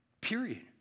period